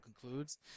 concludes